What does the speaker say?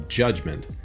judgment